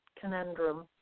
conundrum